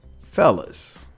Fellas